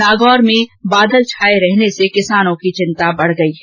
नागौर में बादल छाये रहने से किसानों की चिंता बढ़ गई है